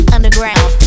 Underground